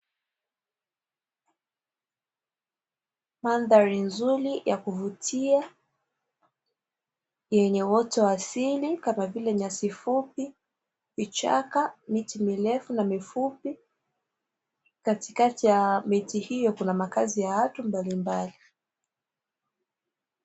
Mandhari nzuri ya kuvutia yenye uoto wa asili kama vile nyasi fupi, vichaka, miti mirefu na mifupi katikati ya miti hiyo kuna makazi ya watu mbalimbali.